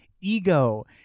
ego